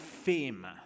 fame